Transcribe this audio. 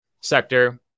sector